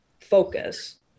focus